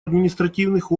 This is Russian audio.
административных